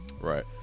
right